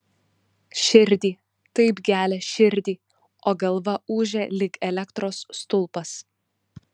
širdį taip gelia širdį o galva ūžia lyg elektros stulpas